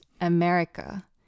America